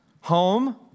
home